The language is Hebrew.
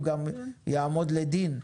הוא גם יעמוד לדין.